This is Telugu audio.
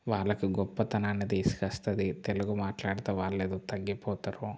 వాళ్ళకి గొప్పతనాన్ని తీసుకొస్తుంది తెలుగు మాట్లాడితే వాళ్ళు ఏదో తగ్గిపోతారు